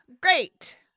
Great